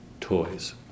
toys